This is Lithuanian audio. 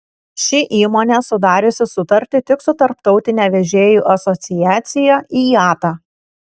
ši įmonė sudariusi sutartį tik su tarptautine vežėjų asociacija iata